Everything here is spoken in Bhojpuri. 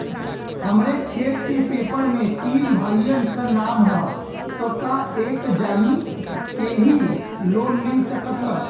हमरे खेत के पेपर मे तीन भाइयन क नाम ह त का एक जानी के ही लोन मिल सकत ह?